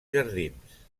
jardins